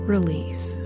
Release